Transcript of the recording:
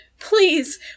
Please